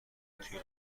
توی